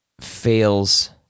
fails